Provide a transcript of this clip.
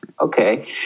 Okay